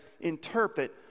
interpret